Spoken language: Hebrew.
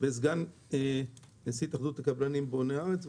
וסגן נשיא התאחדות הקבלנים בוני הארץ,